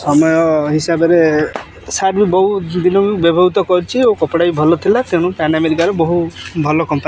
ସମୟ ହିସାବରେ ସାର୍ଟ ବି ବହୁ ଦିନ ବ୍ୟବହୃତ କରିଛି ଓ କପଡ଼ା ବି ଭଲ ଥିଲା ତେଣୁ ପ୍ୟାନ୍ ଆମେରିକାର ବହୁ ଭଲ କମ୍ପାନୀ